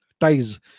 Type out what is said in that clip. ties